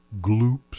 gloops